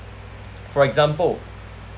for example